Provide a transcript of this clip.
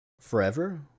forever